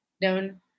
down